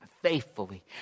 faithfully